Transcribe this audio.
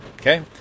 Okay